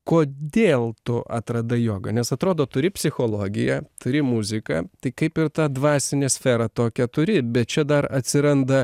kodėl tu atradai jogą nes atrodo turi psichologiją turi muziką tai kaip ir tą dvasinę sferą tokią turi bet čia dar atsiranda